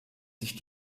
sich